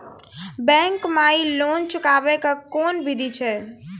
Bank माई loan चुकाबे के कोन बिधि छै?